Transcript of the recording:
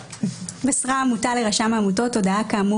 "(ב)(2)מסרה עמותה לרשם העמותות הודעה כאמור